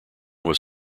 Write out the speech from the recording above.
was